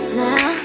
now